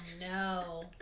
no